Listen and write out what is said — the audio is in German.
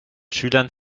schülern